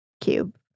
cube